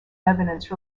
evidence